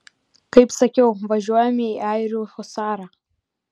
kaip sakiau važiuojame į airių husarą